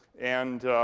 and